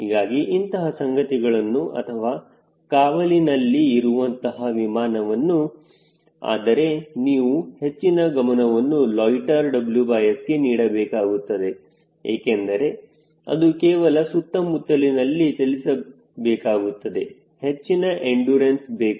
ಹೀಗಾಗಿ ಇಂತಹ ಸಂಗತಿಗಳನ್ನು ಅಥವಾ ಕಾವಲಿನಲ್ಲಿ ಇರುವಂತಹ ವಿಮಾನವು ಆದರೆ ನೀವು ಹೆಚ್ಚಿನ ಗಮನವನ್ನು ಲೊಯ್ಟ್ಟೆರ್ WS ಗೆ ನೀಡಬೇಕಾಗುತ್ತದೆ ಏಕೆಂದರೆ ಅದು ಕೇವಲ ಸುತ್ತಮುತ್ತಲಿನಲ್ಲಿ ಚಲಿಸಬೇಕಾಗುತ್ತದೆ ಹೆಚ್ಚಿನ ಎಂಡುರನ್ಸ್ ಬೇಕು